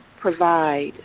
provide